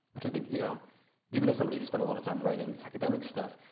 which i think, you know even as somebody who spent a lot of time writing academic stuff,